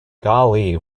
golly